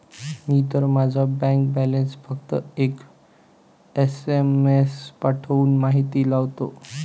मी तर माझा bank balance फक्त एक एस.एम.एस पाठवून माहिती लावतो